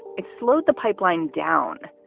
it slowed the pipeline down.